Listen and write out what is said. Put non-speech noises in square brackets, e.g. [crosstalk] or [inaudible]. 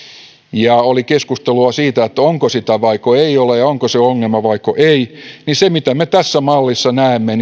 ja oli keskustelua siitä onko sitä vaiko ei ole ja onko se ongelma vaiko ei niin sehän mitä me tässä mallissa näemme [unintelligible]